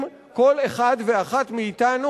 אם כל אחד ואחת מאתנו,